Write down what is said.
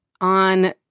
on